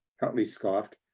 huntley scoffed.